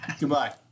Goodbye